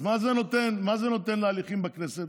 אז מה זה נותן להליכים בכנסת?